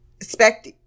expect